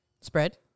Spread